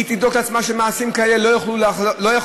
היא תבדוק את עצמה כדי שמעשים כאלה לא יוכלו לחזור,